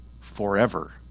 forever